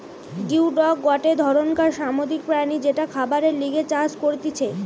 geoduck গটে ধরণকার সামুদ্রিক প্রাণী যেটা খাবারের লিগে চাষ করতিছে